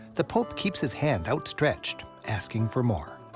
the pope keeps his hand outstretched, asking for more.